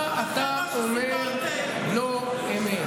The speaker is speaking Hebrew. ונשאל את עצמנו, או רק במרכז למורשת, די, די.